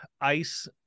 ice